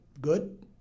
good